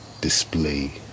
display